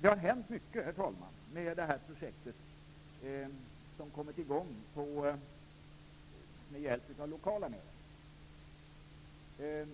Det har hänt mycket med detta projekt, som kommit igång med hjälp av lokala medel.